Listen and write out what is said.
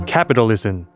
Capitalism